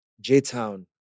J-Town